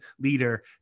leader